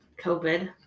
COVID